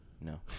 No